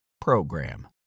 PROGRAM